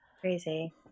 Crazy